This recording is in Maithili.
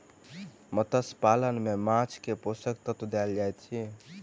मत्स्य पालन में माँछ के पोषक तत्व देल जाइत अछि